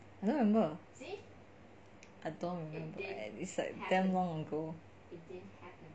I don't remember I don't remember it's like damn long ago